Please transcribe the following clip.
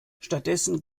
stattdessen